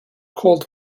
cold